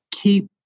keep